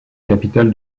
capitale